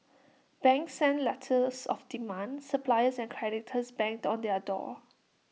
banks sent letters of demand suppliers and creditors banged on their door